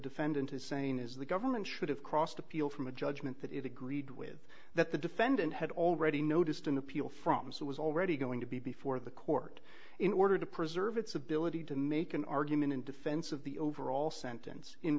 defendant is saying is the government should have crossed appeal from a judgment that it agreed with that the defendant had already noticed in the people from so was already going to be before the court in order to preserve its ability to make an argument in defense of the overall sentence in